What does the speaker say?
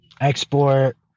Export